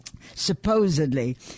Supposedly